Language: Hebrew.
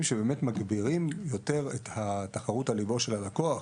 שבאמת מגבירים יותר את התחרות על ליבו של הלקוח.